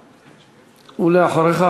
ואחריך,